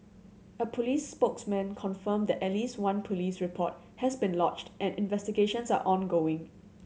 a police spokesman confirmed that at least one police report has been lodged and investigations are ongoing